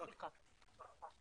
נכון.